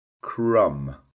crumb